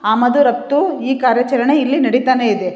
ಆಮದು ರಪ್ತು ಈ ಕಾರ್ಯಾಚರಣೆ ಇಲ್ಲಿ ನಡಿತನೆ ಇದೆ